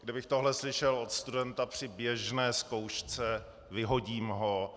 Kdybych tohle slyšel od studenta při běžné zkoušce, vyhodím ho.